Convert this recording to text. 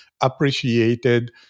appreciated